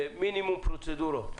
במינימום פרוצדורות.